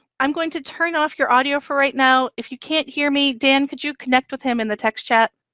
i'm going to turn off your audio for right now. if you can't hear me, dan, could you connect with him in the text chat?